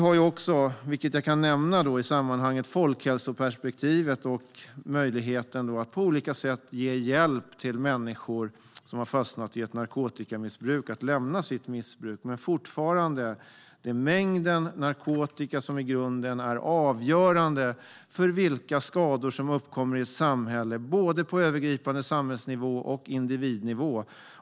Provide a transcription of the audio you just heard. Jag kan i sammanhanget nämna att vi också har folkhälsoperspektivet och möjligheten att på olika sätt ge hjälp till människor som har fastnat i ett narkotikamissbruk att lämna sitt missbruk. Men fortfarande är det mängden narkotika som i grunden är avgörande för vilka skador som uppkommer i samhället både på övergripande samhällsnivå och på individnivå.